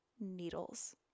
needles